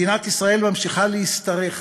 מדינת ישראל ממשיכה להשתרך